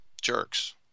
jerks